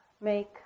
make